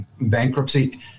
bankruptcy